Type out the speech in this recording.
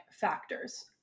factors